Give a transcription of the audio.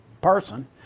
person